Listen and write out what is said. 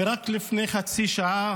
רק לפני חצי שעה